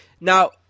Now